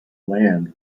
land